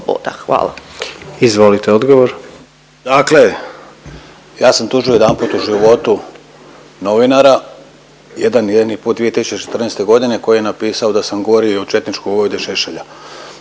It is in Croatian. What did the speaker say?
**Turudić, Ivan** Dakle, ja sam tužio jedanput u životu novinara, jedan jedini put 2014.g. koji je napisao da sam gori od četničkog vojvode Šešelja.